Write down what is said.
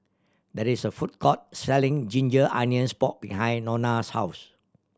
there is a food court selling ginger onions pork behind Nona's house